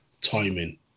Timing